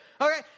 okay